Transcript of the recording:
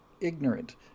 ignorant